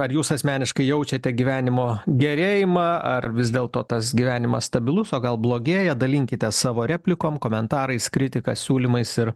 ar jūs asmeniškai jaučiate gyvenimo gerėjimą ar vis dėlto tas gyvenimas stabilus o gal blogėja dalinkitės savo replikom komentarais kritika siūlymais ir